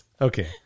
okay